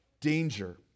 danger